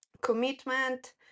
commitment